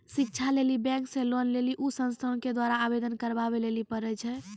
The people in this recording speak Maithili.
शिक्षा लेली बैंक से लोन लेली उ संस्थान के द्वारा आवेदन करबाबै लेली पर छै?